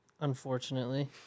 Unfortunately